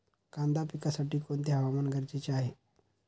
कांदा पिकासाठी कोणते हवामान गरजेचे आहे?